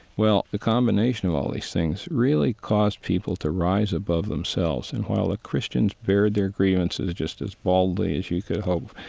well, the combination of all these things really caused people to rise above themselves. and while the ah christians bared their grievances just as baldly as you could hope,